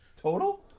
total